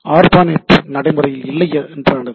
ARPANET நடைமுறையில் இல்லை என்றானது